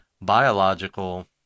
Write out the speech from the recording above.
biological